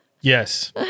Yes